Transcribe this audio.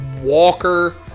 Walker